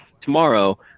tomorrow